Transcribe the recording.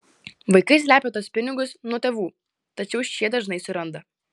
vaikai slepią tuos pinigus nuo tėvų tačiau šie dažnai surandą